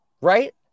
right